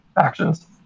actions